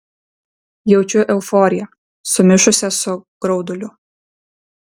jaučiu euforiją sumišusią su grauduliu